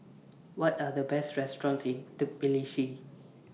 What Are The Best restaurants in Tbilisi